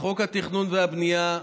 בחוק התכנון והבנייה,